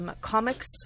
Comics